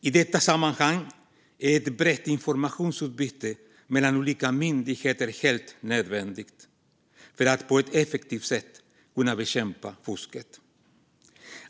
I detta sammanhang är ett brett informationsutbyte mellan olika myndigheter helt nödvändigt för att man på ett effektivt sätt ska kunna bekämpa fusket.